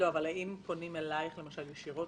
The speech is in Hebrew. האם פונים אלייך ישירות?